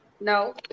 No